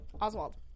Oswald